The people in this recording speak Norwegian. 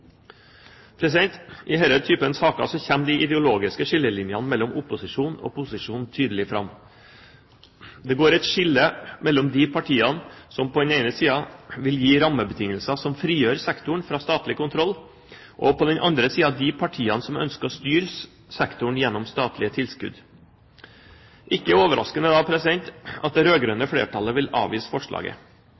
I denne type saker kommer de ideologiske skillelinjene mellom opposisjon og posisjon tydelig fram. Det går et skille mellom de partiene som på den ene side vil gi rammebetingelser som frigjør sektoren fra statlig kontroll, og på den andre side de partiene som ønsker å styre sektoren gjennom statlige tilskudd. Da er det ikke overraskende at det rød-grønne flertallet vil avvise forslaget. Jeg forutsetter at flertallet selv vil begrunne dette nærmere. Mindretallet støtter forslaget